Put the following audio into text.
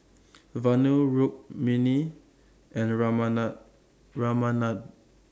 Vanu Rukmini and Ramanand Ramanand